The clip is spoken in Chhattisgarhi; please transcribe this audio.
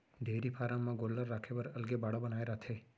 डेयरी फारम म गोल्लर राखे बर अलगे बाड़ा बनाए रथें